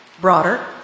broader